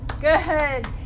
good